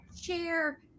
share